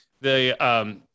the-